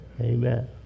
Amen